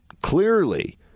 clearly